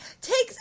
takes